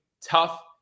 tough